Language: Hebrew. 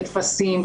טפסים,